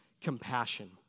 compassion